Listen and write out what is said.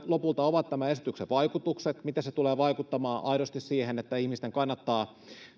lopulta ovat tämän esityksen vaikutukset mitä se tulee vaikuttamaan aidosti siihen että ihmisten kannattaa